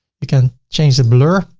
you can change the blur.